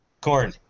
Corn